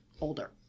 older